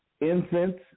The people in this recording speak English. Incense